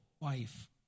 wife